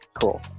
cool